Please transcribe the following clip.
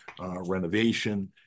renovation